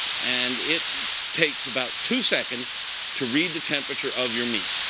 and it takes about two seconds to read the temperature of your meat.